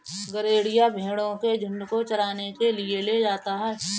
गरेड़िया भेंड़ों के झुण्ड को चराने के लिए ले जाता है